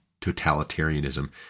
totalitarianism